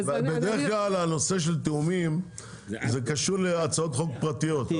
בדרך כלל הנושא של תיאומים זה קשור להצעות חוק פרטיות.